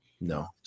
No